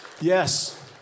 Yes